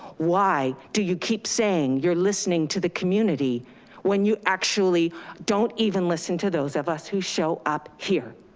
why do you keep saying you're listening to the community when you actually don't even listen to those of us who show up here.